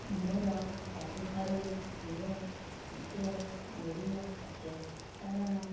ମୋର ସବୁଠାରୁ ପ୍ରିୟ ଖାଦ୍ୟ ଓଡ଼ିଆ ଖାଦ୍ୟ କାରଣ